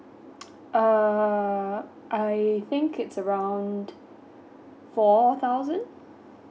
uh I think it's around four thousand